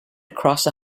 across